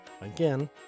Again